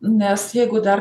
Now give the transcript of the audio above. nes jeigu dar